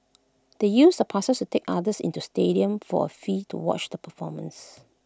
they used the passes to take others into the stadium for A fee to watch the performance